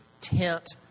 tent